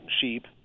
sheep